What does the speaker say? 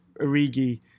Origi